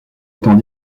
étant